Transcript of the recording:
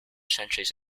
centuries